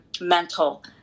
mental